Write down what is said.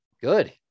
Good